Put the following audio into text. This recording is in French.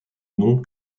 nom